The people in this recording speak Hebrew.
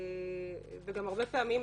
גם הרבה פעמים,